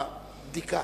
באבחון ובבדיקה.